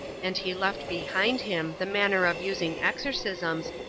and he left behind him the manner of using exorcisms,